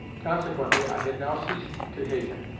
consequently, i had now ceased to hate him.